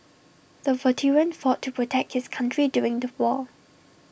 the veteran fought to protect his country during the war